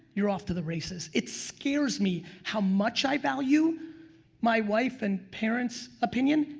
you're off to the races. it scares me how much i value my wife and parents' opinion,